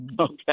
Okay